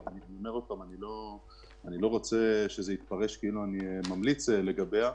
כי אני לא רוצה שיתפרש כאילו אני ממליץ לגביה.